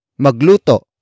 Magluto